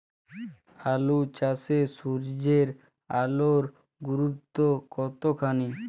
আলু চাষে সূর্যের আলোর গুরুত্ব কতখানি?